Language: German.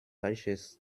weiches